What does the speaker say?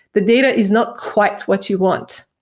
the data is not quite what you want.